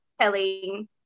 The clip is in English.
telling